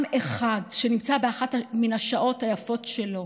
עם אחד, שנמצא באחת מן השעות היפות שלו.